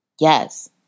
Yes